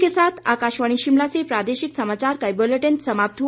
इसी के साथ आकाशवाणी शिमला से प्रादेशिक समाचार का ये बुलेटिन समाप्त हुआ